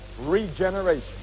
regeneration